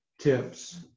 tips